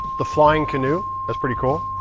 the flying canoe, that's pretty cool.